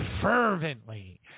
fervently